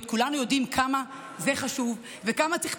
כולם לא טובים, מה הוא אמר?